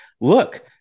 look